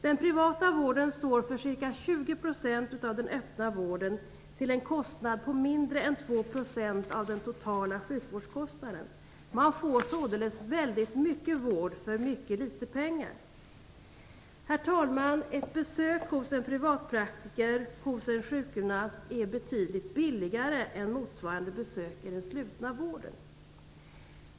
Den privata vården står för ca 20 % av den öppna vården till en kostnad av mindre än 2 % av den totala sjukvårdskostnaden. Man får således väldigt mycket vård för väldigt litet pengar. Herr talman! Ett besök hos en privatpraktiserande sjukgymnast är betydligt billigare än motsvarande besök i den slutna vården.